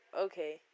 okay